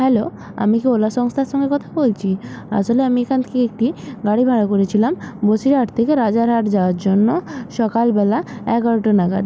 hello আমি কি ওলা সাংস্থার সঙ্গে কথা বলছি আসলে আমি এখান থেকে একটি গাড়ি ভাড়া করেছিলাম বসিরহাট থেকে রাজারহাট যাওয়ার জন্য সকালবেলা এগারোটা নাগাদ